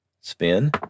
Spin